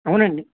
అవునండి